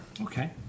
Okay